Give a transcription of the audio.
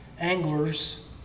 anglers